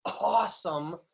awesome